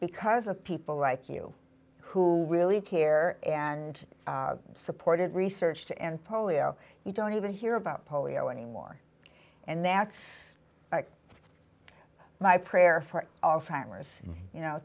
because of people like you who really care and supported research to end polio you don't even hear about polio anymore and that's like my prayer